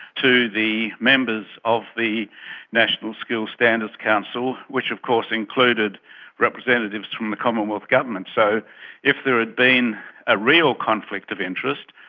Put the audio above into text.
to the members of the national skills standards council, which of course included representatives from the commonwealth government. so if there had been a real conflict of interest,